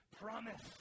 promise